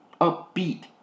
upbeat